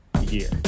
year